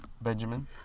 Benjamin